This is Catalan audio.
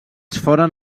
foren